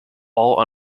all